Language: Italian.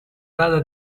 rada